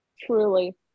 Truly